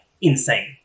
insane